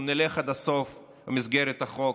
אנחנו נלך עד הסוף במסגרת החוק,